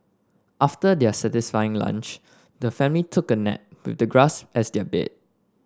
after their satisfying lunch the family took a nap with the grass as their bed